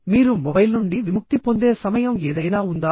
మీరు మొబైల్ నుండి విముక్తి పొందే సమయం ఏదైనా ఉందా